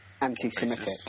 Anti-Semitic